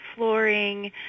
flooring